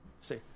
see